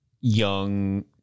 young